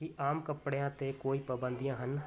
ਕੀ ਆਮ ਕੱਪੜਿਆਂ 'ਤੇ ਕੋਈ ਪਾਬੰਦੀਆਂ ਹਨ